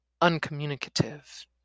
uncommunicative